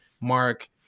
Mark